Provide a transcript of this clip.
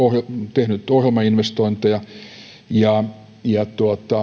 tehnyt ohjelmainvestointeja ja ja